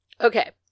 Okay